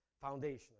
foundational